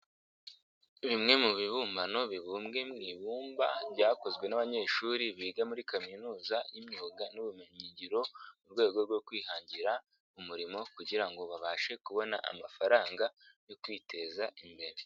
Bimwe mu bibumbano bibumbwe mu ibumba byakozwe n'abanyeshuri biga muri kaminuza y'imyuga n'ubumenyi ngiro mu rwego rwo kwihangira umurimo kugira ngo babashe kubona amafaranga yo kwiteza imbere.